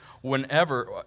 whenever